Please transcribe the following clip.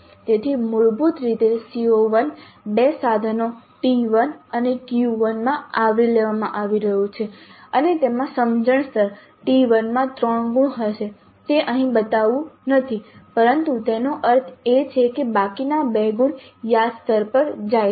તેથી મૂળભૂત રીતે CO1 બે સાધનો T1 અને Q1 માં આવરી લેવામાં આવી રહ્યું છે અને તેમાં સમજણ સ્તર T1 માં 3 ગુણ હશે તે અહીં બતાવ્યું નથી પરંતુ તેનો અર્થ એ છે કે બાકીના 2 ગુણ યાદ સ્તર પર જાય છે